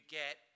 get